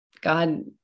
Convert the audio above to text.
God